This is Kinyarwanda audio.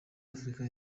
afurika